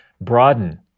broaden